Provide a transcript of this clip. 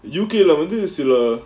U_K leh வந்து சில:vanthu sila